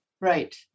Right